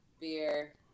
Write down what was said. beer